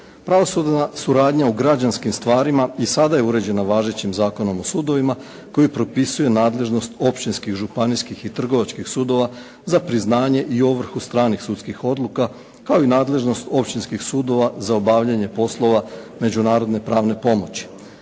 Pravosudna suradnja u građanskim stvarima i sada je uređena važećim Zakonom o sudovima koji propisuju nadležnost općinskih, županijskih i trgovačkih sudova za priznanje i ovrhu stranih sudskih odluka kao nadležnost općinskih sudova za obavljanje poslova međunarodne pravne pomoći.